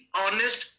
honest